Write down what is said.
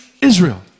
Israel